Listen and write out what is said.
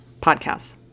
podcasts